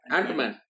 Ant-Man